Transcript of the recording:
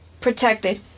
protected